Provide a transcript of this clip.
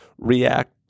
react